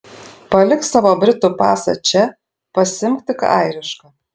palik savo britų pasą čia pasiimk tik airišką